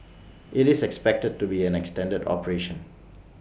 IT is expected to be an extended operation